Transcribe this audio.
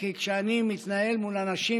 כי כשאני מתנהל מול אנשים,